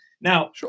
Now